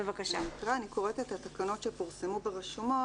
במקרה אני קוראת את התקנות שפורסמו ברשומות,